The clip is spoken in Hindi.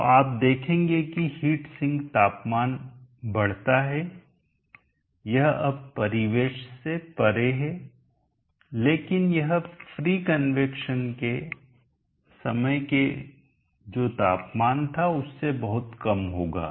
तो आप देखेंगे कि हीट सिंक तापमान बढ़ता है यह अब परिवेश से परे है लेकिन यह फ्री कन्वैक्शन के समय के जो तापमान था उससे बहुत कम होगा